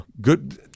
Good